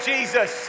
Jesus